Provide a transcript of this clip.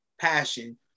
passion